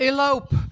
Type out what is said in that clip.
Elope